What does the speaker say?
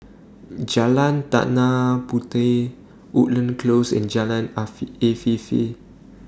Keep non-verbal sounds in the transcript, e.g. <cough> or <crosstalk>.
Jalan Tanah Puteh Woodlands Close and Jalan <unintelligible> Afifi